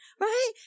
Right